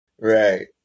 Right